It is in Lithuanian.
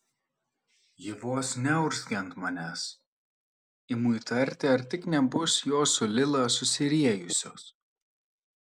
ji vos neurzgia ant manęs imu įtarti ar tik nebus jos su lila susiriejusios